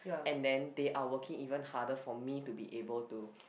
and then they are working even harder for me to be able to